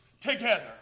together